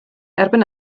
erbyn